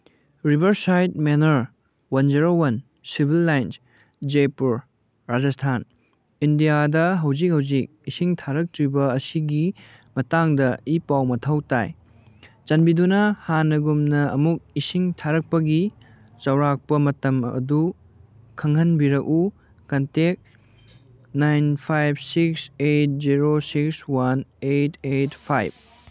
river side manor one zero one civil lines Jaipur Rajasthan ꯏꯟꯗꯤꯌꯥꯗ ꯍꯧꯖꯤꯛ ꯍꯧꯖꯤꯛ ꯏꯁꯤꯡ ꯊꯥꯔꯛꯇ꯭ꯔꯤꯕ ꯑꯁꯤꯒꯤ ꯃꯇꯥꯡꯗ ꯏ ꯄꯥꯎ ꯃꯊꯧ ꯇꯥꯏ ꯆꯥꯟꯕꯤꯗꯨꯅ ꯍꯥꯟꯅꯒꯨꯝꯅ ꯑꯃꯨꯛ ꯏꯁꯤꯡ ꯊꯥꯔꯛꯄꯒꯤ ꯆꯧꯔꯥꯛꯄ ꯃꯇꯝ ꯑꯗꯨ ꯈꯪꯍꯟꯕꯤꯔꯛꯎ contact nine five six eight zero six one eight eight five